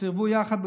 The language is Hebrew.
סירבו יחד,